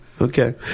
Okay